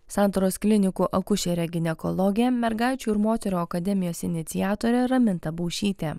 santaros klinikų akušerė ginekologė mergaičių ir moterų akademijos iniciatorė raminta baušytė